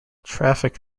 traffic